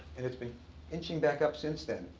and it's been inching back up since then.